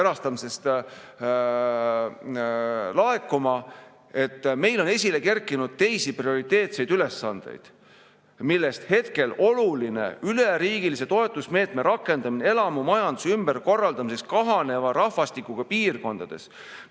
erastamisest laekuma. Ja meil on esile kerkinud teisi prioriteetseid ülesandeid, millest hetkel on oluline üleriigilise toetusmeetme rakendamine elamumajanduse ümberkorraldamiseks kahaneva rahvastikuga piirkondades.